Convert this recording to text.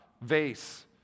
vase